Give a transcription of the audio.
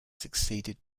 succeeded